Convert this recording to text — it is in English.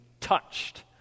touched